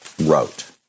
wrote